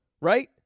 Right